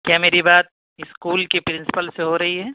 کیا میری بات اسکول کے پرنسپل سے ہو رہی ہے